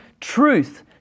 truth